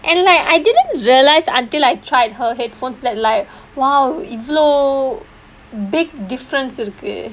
and like I didn't realise until I tried her headphones that like !wow! இவளோ:ivalo big difference இருக்கு:irukku